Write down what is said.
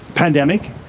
pandemic